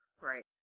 Right